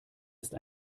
ist